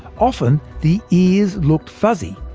often, the ears looked fuzzy,